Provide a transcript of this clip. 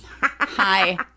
hi